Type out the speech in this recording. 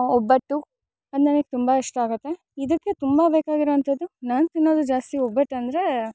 ಒಬ್ಬಟ್ಟು ಅದು ನನಗೆ ತುಂಬ ಇಷ್ಟ ಆಗುತ್ತೆ ಇದಕ್ಕೆ ತುಂಬ ಬೇಕಾಗಿರುವಂಥದ್ದು ನಾನು ತಿನ್ನೋದು ಜಾಸ್ತಿ ಒಬ್ಬಟ್ಟಂದರೆ